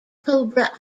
cobra